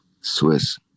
Swiss